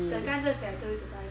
甘蔗水 I told you to buy from